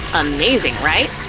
amazing, right?